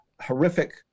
horrific